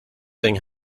thing